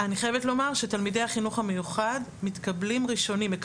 אני חייבת לומר שתלמידי החינוך המיוחד מתקבלים ראשונים מבין כל החברים,